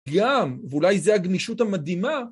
גם, ואולי זה הגמישות המדהימה